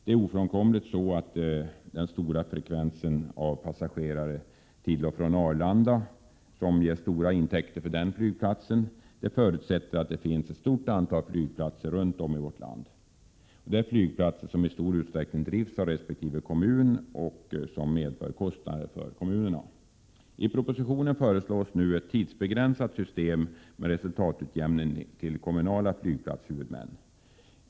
Det är ju ofrånkomligen så att den stora frekvensen av passagerare till och från Arlanda, som ger stora intäkter för denna flygplats, förutsätter att det finns ett stort antal flygplatser runt om i vårt land. Dessa är i stor utsträckning flygplatser som drivs av resp. kommun och medför kostnader för kommunerna. I propositionen föreslås nu ett tidsbegränsat system med resultatutjämning till kommunala flygplatshuvudmän.